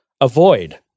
avoid